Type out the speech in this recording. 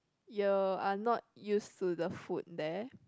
you are not used to the food there